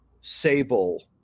sable